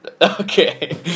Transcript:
Okay